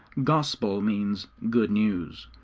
gospel means good news.